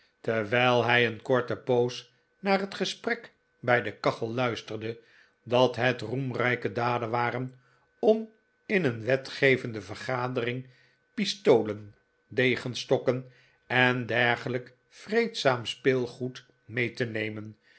terwijl hij een korte poos naar het gesprek bij de kachel luisterde dat het roemrijke daden waren om in een wetgevende vergadering pistolen degenstokken en dergelijk vreedzaam speelgoed mee te nemen